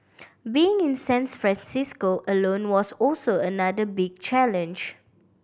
being in San Francisco alone was also another big challenge